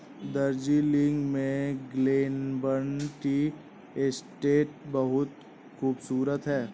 दार्जिलिंग में Glenburn tea estate बहुत खूबसूरत है